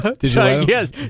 Yes